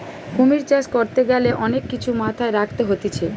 কুমির চাষ করতে গ্যালে অনেক কিছু মাথায় রাখতে হতিছে